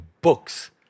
books